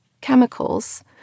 chemicals